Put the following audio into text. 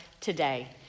today